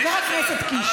חבר הכנסת קיש,